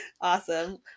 awesome